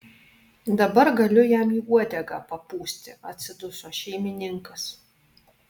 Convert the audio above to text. dabar galiu jam į uodegą papūsti atsiduso šeimininkas